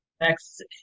next